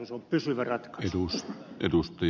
se on pysyvä ratkaisu